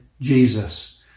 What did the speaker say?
Jesus